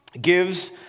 gives